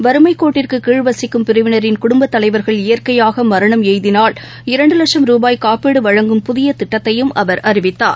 வறுமைக்கோட்டிற்குகீழ் வசிக்கும் பிரிவிளரின் குடும்பத்தலைவர்கள் இயற்கையாகமரணம் எய்தினால் இரண்டுலட்சும் ரூபாய் காப்பீடுவழங்கும் புதியதிட்டத்தையும் அவர் அறிவித்தார்